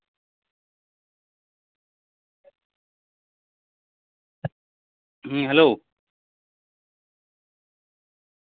ᱦᱩᱸ ᱦᱮᱞᱳ